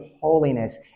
holiness